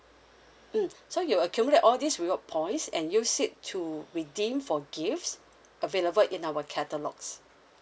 mm so you accumulate all this reward points and use it to redeem for gifts available in our catalogues